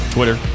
Twitter